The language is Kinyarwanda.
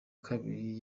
kabiri